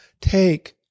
Take